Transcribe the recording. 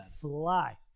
fly